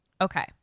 Okay